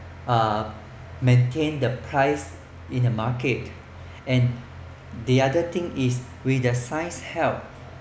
uh maintain the price in the market and the other thing is with the science's help